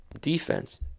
defense